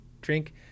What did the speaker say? drink